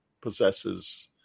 possesses